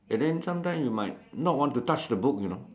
and then sometime you might not want to touch the book you know